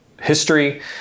history